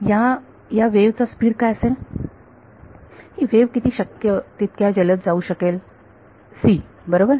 या या वेव्ह चा स्पीड काय असेल ही वेव्ह किती शक्य तितक्या जलद जाऊ शकेल c बरोबर